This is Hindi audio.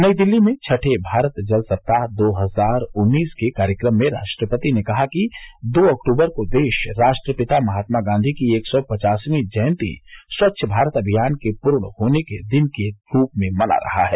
नई दिल्ली में छठे भारत जल सप्ताह दो हजार उन्नीस के कार्यक्रम में राष्ट्रपति ने कहा कि दो अक्टूबर को देश राष्ट्रपिता महात्मा गांधी की एक सौ पचासवी जयंती स्वच्छ भारत अभियान के पूर्ण होने के दिन के रूप में मना रहा है